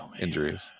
injuries